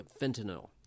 fentanyl